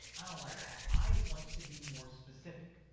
i don't like that. i want to be more specific.